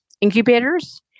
incubators